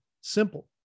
simple